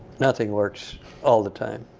nothing works all the time.